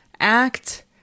act